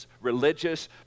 religious